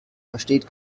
versteht